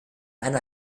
einer